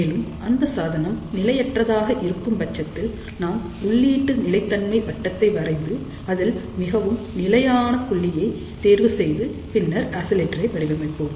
மேலும் அந்த சாதனம் நிலையற்றதாக இருக்கும் பட்சத்தில் நாம் உள்ளீட்டு நிலைத்தன்மை வட்டத்தை வரைந்து அதில் மிகவும் நிலையான புள்ளியை தேர்வு செய்து பின்னர் ஆசிலேட்டரை வடிவமைப்போம்